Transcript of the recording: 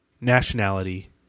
nationality